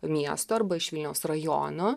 miesto arba iš vilniaus rajono